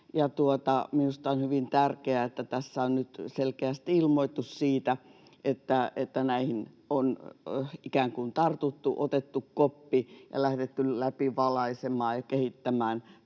Minusta on hyvin tärkeää, että tässä on nyt selkeästi ilmoitus siitä, että näihin on ikään kuin tartuttu, otettu koppi ja lähdetty läpivalaisemaan ja kehittämään